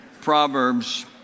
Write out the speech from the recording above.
Proverbs